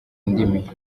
ndimi